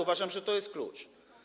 Uważam, że to jest klucz.